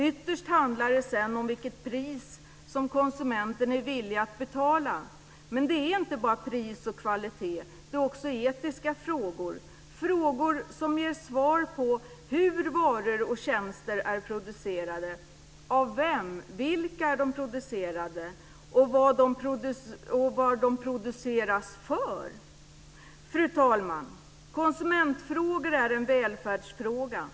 Ytterst handlar det sedan om vilket pris konsumenten är villig att betala. Men det är inte bara pris och kvalitet; det är också etiska frågor - frågor som ger svar på hur varor och tjänster är producerade, av vem eller vilka de är producerade och varför de är producerade. Fru talman! Konsumentfrågor är välfärdsfrågor.